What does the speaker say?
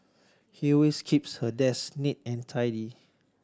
he always keeps her desk neat and tidy